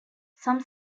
some